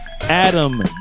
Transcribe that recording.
Adam